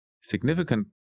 significant